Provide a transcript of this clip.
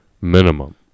minimum